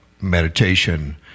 meditation